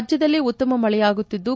ರಾಜ್ಯದಲ್ಲಿ ಉತ್ತಮ ಮಳೆಯಾಗುತ್ತಿದ್ದು